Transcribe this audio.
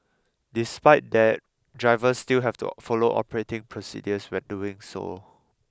despite that drivers still have to follow operating procedures when doing so